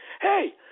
hey